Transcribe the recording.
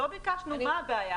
לא ביקשנו לדעת מה הבעיה.